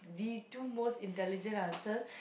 the two most intelligent answers